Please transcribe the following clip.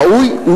ראוי,